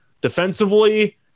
Defensively